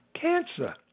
cancer